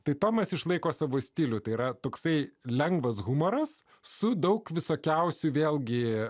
tai tomas išlaiko savo stilių tai yra toksai lengvas humoras su daug visokiausių vėlgi